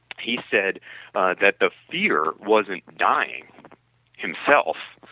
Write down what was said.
he said that the fear wasn't dying himself.